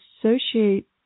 associate